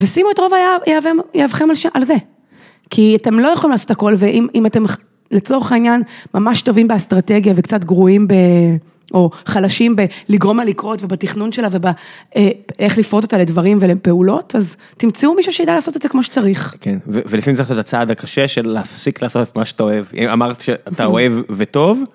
ושימו את רוב יהבכם על זה, כי אתם לא יכולים לעשות הכל ואם אתם לצורך העניין ממש טובים באסטרטגיה וקצת גרועים ב... או חלשים בלגרום לה לקרות ובתכנון שלה ובאיך לפרוט אותה לדברים ולפעולות, אז תמצאו מישהו שיידע לעשות את זה כמו שצריך. כן, ולפעמים צריך לעשות את הצעד הקשה של להפסיק לעשות את מה שאתה אוהב. אם אמרת שאתה אוהב וטוב...